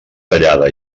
tallada